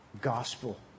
Gospel